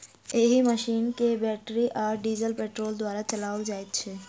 एहि मशीन के बैटरी आ डीजल पेट्रोल द्वारा चलाओल जाइत छै